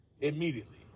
immediately